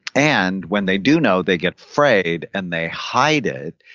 and when they do know, they get afraid and they hide it.